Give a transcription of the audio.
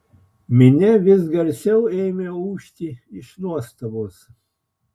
minia vis garsiau ėmė ūžti iš nuostabos